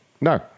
No